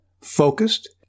focused